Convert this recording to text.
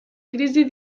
crisi